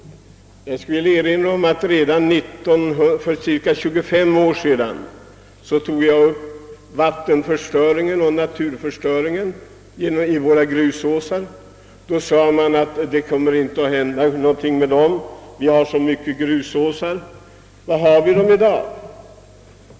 Jag vill erinra om att jag redan för cirka 25 år sedan tog upp vattenoch naturförstöringen vid våra grusåsar. Då framhöll man att det inte var någon fara med dessa. Vi hade ju så många grusåsar. Hur är det med dessa i dag?